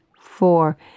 four